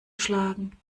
schlagen